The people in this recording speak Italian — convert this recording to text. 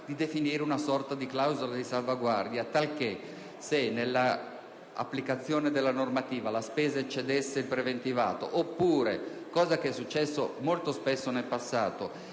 di definire una sorta di clausola di salvaguardia talché, se nell'applicazione della normativa la spesa eccedesse il preventivato oppure - cosa accaduta molto spesso in passato